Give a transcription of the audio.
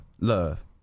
love